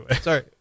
Sorry